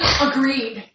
Agreed